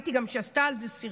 ראיתי שהיא גם עשתה על זה סרטון.